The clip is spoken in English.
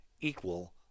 equal